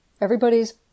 everybody's